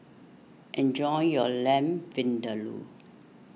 enjoy your Lamb Vindaloo